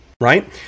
Right